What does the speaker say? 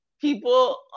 people